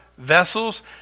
vessels